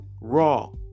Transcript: raw